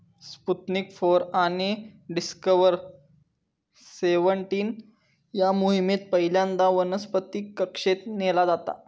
Sputnik four आणि Discoverer seventeen या मोहिमेत पहिल्यांदा वनस्पतीक कक्षेत नेला जाता